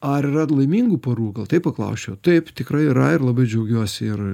ar yra ir laimingų porų gal taip paklausčiau taip tikrai yra ir labai džiaugiuosi ir